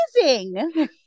amazing